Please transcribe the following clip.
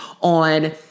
on